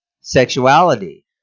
sexuality